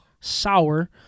Sour